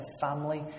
family